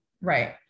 Right